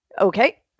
Okay